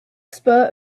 spur